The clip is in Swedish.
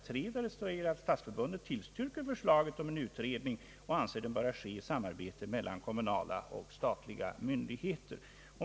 3 där det heter att stadsförbundet tillstyrker förslaget om en utredning och att den bör ske i samarbete mellan kommunala och statliga myndigheter.